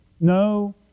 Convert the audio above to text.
No